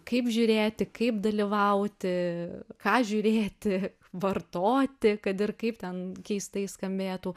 kaip žiūrėti kaip dalyvauti ką žiūrėti vartoti kad ir kaip ten keistai skambėtų